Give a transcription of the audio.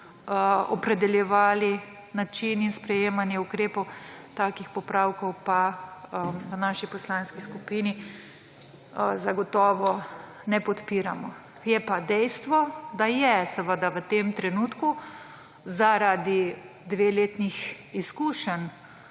opredeljevali način in sprejemanje ukrepov. Takih popravkov pa v naši poslanski skupini zagotovo ne podpiramo. Je pa dejstvo, da je v tem trenutku zaradi dveletnih izkušenj